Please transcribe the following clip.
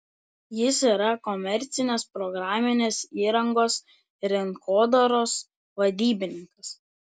jis yra komercinės programinės įrangos rinkodaros vadybininkas